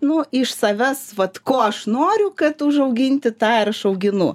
nu iš savęs vat ko aš noriu kad užauginti tą ir aš auginu